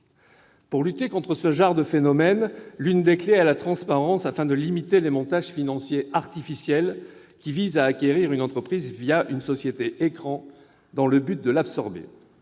Pour lutter contre ce genre de phénomènes, l'une des clefs est la transparence, afin de limiter les montages financiers artificiels, qui visent à acquérir une entreprise une société-écran dans le but de l'absorber.